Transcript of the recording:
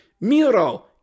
Miro